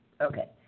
Okay